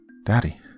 Daddy